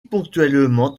ponctuellement